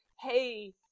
hey